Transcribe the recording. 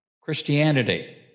Christianity